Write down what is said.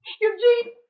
Eugene